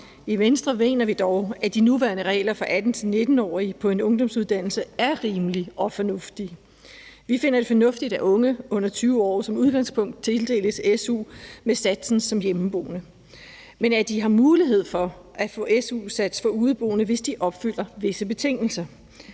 I Venstre mener vi dog, at de nuværende regler for 18-19-årige på en ungdomsuddannelse er rimelige og fornuftige. Vi finder det fornuftigt, at unge under 20 år som udgangspunkt tildeles su med satsen som hjemmeboende, men at de har mulighed for at få su som udeboende, hvis de opfylder visse betingelser.